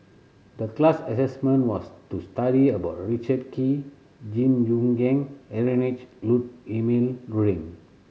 the class assignment was to study about Richard Kee Jing Jun and Heinrich Ludwig Emil Luering